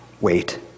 wait